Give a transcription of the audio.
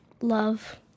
Love